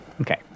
Okay